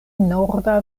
norda